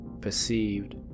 perceived